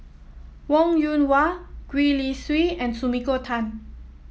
Wong Yoon Wah Gwee Li Sui and Sumiko Tan